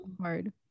hard